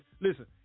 Listen